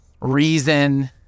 reason